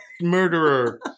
murderer